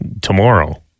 tomorrow